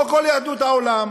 לא כל יהדות העולם.